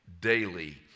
daily